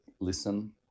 listen